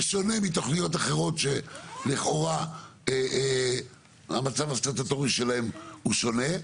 בשונה מתוכניות אחרות שלכאורה המצב הסטטוטורי שלהם הוא שונה,